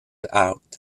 out